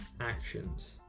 actions